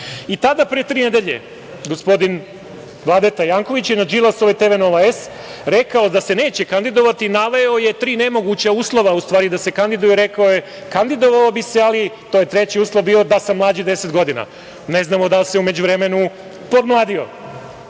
tada, pre tri nedelje, gospodin Vladeta Janković je na Đilasovoj TV „Nova S“, rekao je da se neće kandidovati i naveo je tri nemoguća uslova, u stvari da se kandiduje. Rekao je: „Kandidovao bi se, ali to je treći uslov da sam mlađi 10 godina.“ Ne znamo, da li se u međuvremenu podmladio. Gospodin